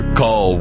call